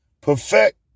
perfect